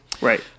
Right